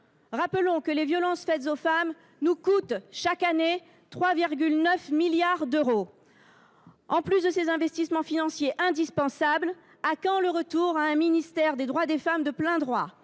Rappelons que les violences faites aux femmes nous coûtent, chaque année, quelque 3,9 milliards d’euros. Outre ces investissements financiers indispensables, à quand le retour à un ministère des droits des femmes de plein droit ?